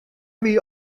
wie